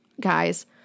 guys